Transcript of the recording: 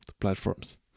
platforms